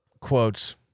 quotes